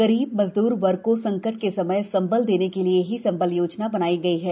गरीब मजदूर वर्ग को संकट के समय संबल देने के लिये ही संबल योजना बनाई गई है